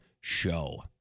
show